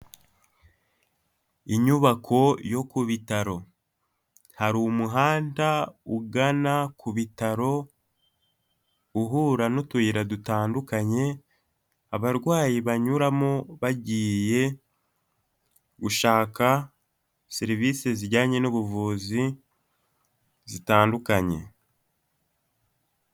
Inyubako yo ku bitaro hari umuhanda ugana ku bitaro uhura n'utuyira dutandukanye abarwayi banyuramo bagiye gushaka serivisi zijyanye n'ubuvuzi zitandukanye.